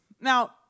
now